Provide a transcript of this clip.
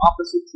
opposite